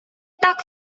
так